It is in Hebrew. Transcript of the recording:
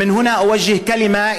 (אומר בערבית: ומפה אני פונה לכל נערה,